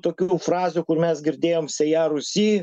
tokių frazių kur mes girdėjom sėją rūsy